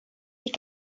est